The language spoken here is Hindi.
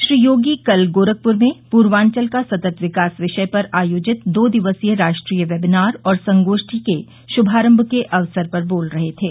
श्री योगी कल गोरखपुर में पूर्वांचल का सतत विकास विषय पर आयोजित दो दिवसीय राष्ट्रीय वेबिनार और संगोष्ठी के शुभारम्भ के अवसर पर बोल रहे थे